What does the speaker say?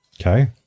Okay